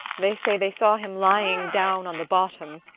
they say they saw him lying down on the bottom.